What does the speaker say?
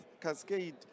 cascade